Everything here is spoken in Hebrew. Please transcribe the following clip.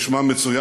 הוא נשמע מצוין,